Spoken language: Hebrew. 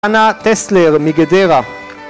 ‫אנה טסלר, מגדרה.